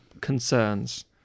concerns